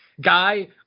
Guy